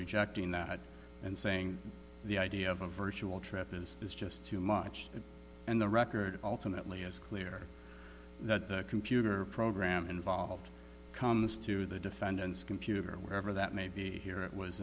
rejecting that and saying the idea of a virtual trip in this is just too much and the record alternately is clear the computer program involved comes to the defendant's computer wherever that may be here it was